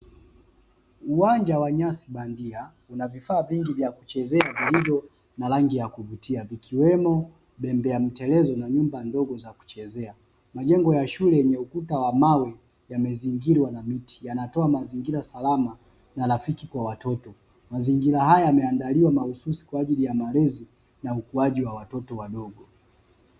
Uwanja wa nyasi bandia, una vifaa vingi vya kuchezea vilivyo na rangi ya kuvutia, vikiwemo bembea, mterezo na nyumba ndogo za kuchezea. Majengo ya shule yenye ukuta wa mawe yamezingirwa na miti, yanatoa mazingira salama na rafiki kwa watoto. Mazingira haya yameandaliwa mahsusi kwa ajili ya malezi na ukuaji wa watoto wadogo.